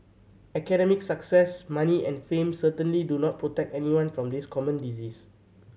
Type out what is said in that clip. academic success money and fame certainly do not protect anyone from this common disease